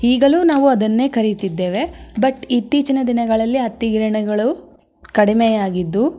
ಈಗಲೂ ನಾವು ಅದನ್ನೇ ಕರಿತಿದ್ದೇವೆ ಬಟ್ ಇತ್ತೀಚಿನ ದಿನಗಳಲ್ಲಿ ಹತ್ತಿ ಗಿರಣಿಗಳು ಕಡಿಮೆಯಾಗಿದ್ದು